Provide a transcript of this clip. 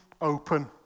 open